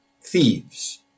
thieves